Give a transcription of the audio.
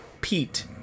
Pete